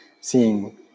seeing